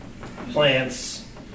plants